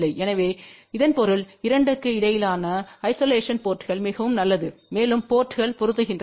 எனவே இதன் பொருள் 2 க்கு இடையிலான ஐசோலேஷன் போர்ட்ங்கள் மிகவும் நல்லது மேலும் போர்ட்ங்கள் பொருந்துகின்றன